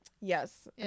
Yes